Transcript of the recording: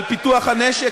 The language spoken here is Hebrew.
על פיתוח הנשק,